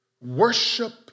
Worship